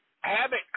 Habit